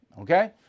Okay